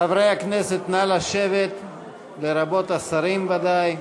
חברי הכנסת, נא לשבת, לרבות השרים, ודאי.